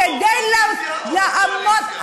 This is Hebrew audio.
כדי לעמוד,